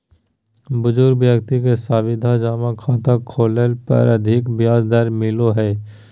बुजुर्ग व्यक्ति के सावधि जमा खाता खोलय पर अधिक ब्याज दर मिलो हय